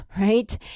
right